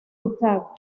utah